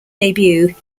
debut